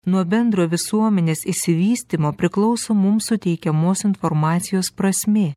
nuo bendro visuomenės išsivystymo priklauso mum suteikiamos informacijos prasmė